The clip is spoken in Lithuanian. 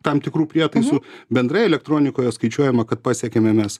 tam tikrų prietaisų bendrai elektronikoje skaičiuojama kad pasiekėme mes